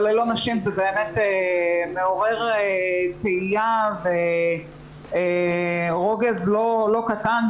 אבל ללא נשים זה באמת מעורר תהייה ורוגז לא קטן,